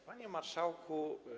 Panie Marszałku!